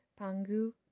Pangu